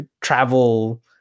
travel